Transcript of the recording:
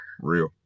real